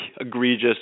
egregious